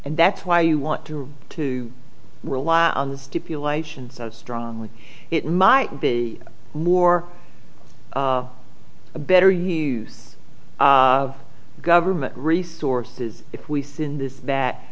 and that's why you want to to rely on the stipulation so strongly it might be more a better use of government resources if we sin this